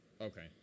Okay